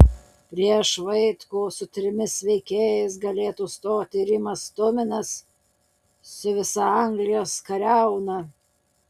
prieš vaitkų su trimis veikėjais galėtų stoti rimas tuminas su visa anglijos kariauna